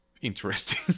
interesting